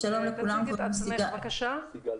תציגי את עצמך, בבקשה.